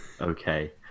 okay